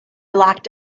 locked